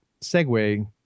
segue